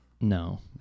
No